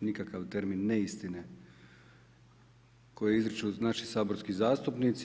nikakav termin neistine koji izriču naši saborski zastupnici.